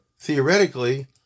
Theoretically